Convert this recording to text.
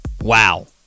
Wow